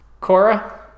Cora